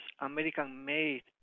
American-made